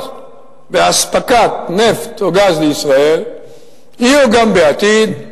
באספקת נפט או גז לישראל יהיו גם בעתיד,